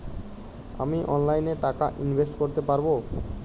আমি অনলাইনে টাকা ইনভেস্ট করতে পারবো?